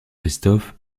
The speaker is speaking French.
christophe